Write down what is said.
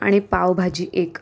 आणि पावभाजी एक